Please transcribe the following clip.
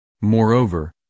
Moreover